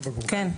כן.